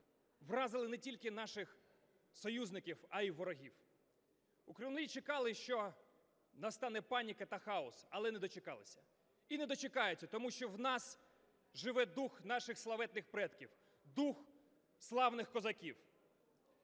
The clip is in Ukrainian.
вразили не тільки наших союзників, а і ворогів. У Кремлі чекали, що настане паніка та хаос, але не дочекалися і не дочекаються, тому що в нас живе дух наших славетних предків, дух славних козаків.